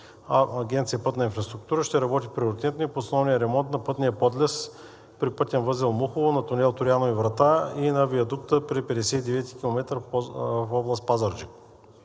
Агенция „Пътна инфраструктура“ ще работи приоритетно и по основния ремонт на пътния подлез при пътен възел „Мухово“, на тунел „Траянови врата“ и на виадукта при 59 км в област Пазарджик.